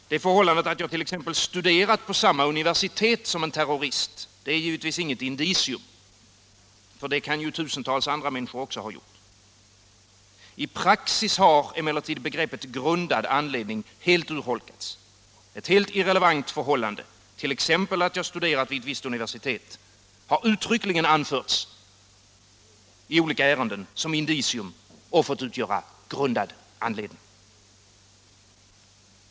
Att jag t.ex. studerat på samma universitet som en terrorist är givetvis inget indicium, för det kan ju tusentals andra människor också ha gjort. I praktiken har emellertid begreppet grundad anledning helt urholkats. Ett helt irrelevant förhållande —t.ex. att jag studerat vid ett visst universitet — har uttryckligen anförts i olika ärenden som indicium och fått utgöra grundad anledning.